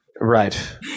Right